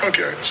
Okay